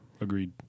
Agreed